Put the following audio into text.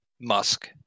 Musk